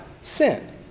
sin